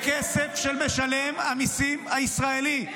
בכסף של משלם המיסים הישראלי,